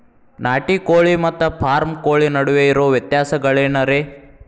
ನಾಟಿ ಕೋಳಿ ಮತ್ತ ಫಾರಂ ಕೋಳಿ ನಡುವೆ ಇರೋ ವ್ಯತ್ಯಾಸಗಳೇನರೇ?